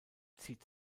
zieht